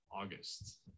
August